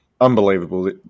unbelievable